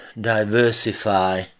diversify